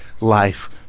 life